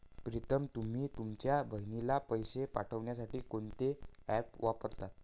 प्रीतम तुम्ही तुमच्या बहिणीला पैसे पाठवण्यासाठी कोणते ऍप वापरता?